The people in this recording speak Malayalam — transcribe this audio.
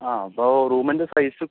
ആ അപ്പോൾ റൂമിൻ്റെ സൈസ്